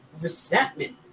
resentment